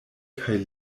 kaj